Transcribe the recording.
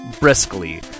briskly